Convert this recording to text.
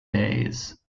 days